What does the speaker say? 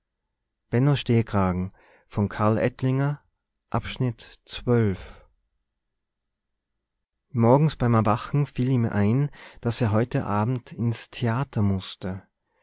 morgens beim erwachen fiel ihm ein daß er heute abend ins theater mußte